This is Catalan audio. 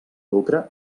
lucre